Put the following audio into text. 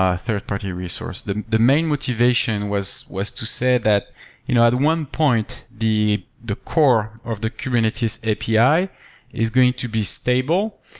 ah third-party resource. the the main motivation was was to say that you know at one point the the core of the kubernetes api is going to be stable.